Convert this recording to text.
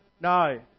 No